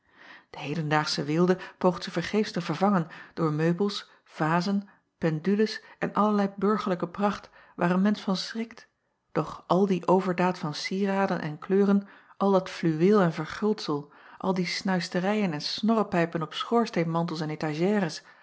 e hedendaagsche weelde poogt ze vergeefs te vervangen door meubels vazen pendules en allerlei burgerlijke pracht waar een mensch van schrikt doch al die overdaad van cieraden en kleuren al dat fluweel en verguldsel al die snuisterijen en snorrepijpen op schoorsteenmantels en étagères